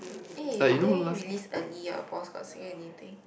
eh today release early your boss got say anything